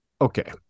okay